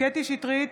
קטי קטרין שטרית,